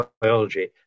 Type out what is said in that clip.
Biology